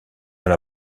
dans